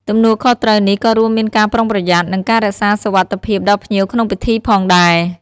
ទំនួលខុសត្រូវនេះក៏រួមមានការប្រុងប្រយ័ត្ន និងការរក្សាសុវត្ថិភាពដល់ភ្ញៀវក្នុងពិធីផងដែរ។